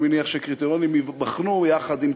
אני מניח שהקריטריונים ייבחנו יחד עם